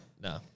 no